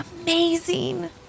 amazing